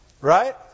Right